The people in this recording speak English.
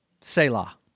Selah